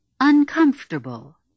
uncomfortable